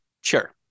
Sure